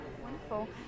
Wonderful